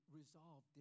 resolve